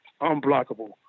unblockable